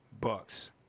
bucks